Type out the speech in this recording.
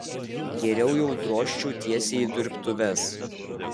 geriau jau drožčiau tiesiai į dirbtuves